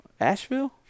Asheville